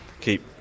keep